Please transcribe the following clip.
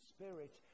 Spirit